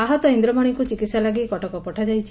ଆହତ ଇନ୍ଦ୍ରମଶିଙ୍କୁ ଚିକିହା ଲାଗି କଟକ ପଠାଯାଇଛି